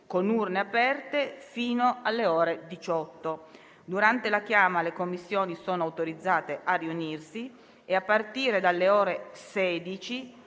con urne aperte fino alle ore 18. Durante la chiama le Commissioni sono autorizzate a riunirsi. A partire dalle ore 16